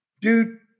dude